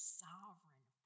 sovereign